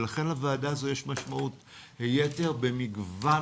ולכן לוועדה הזו יש משמעות יתר במגוון